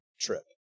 trip